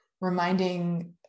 reminding